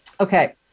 Okay